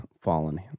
fallen